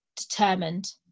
determined